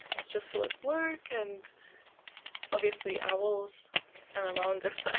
stressful at work and obviously owls and around this ah